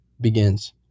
begins